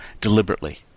deliberately